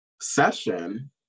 session